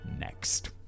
next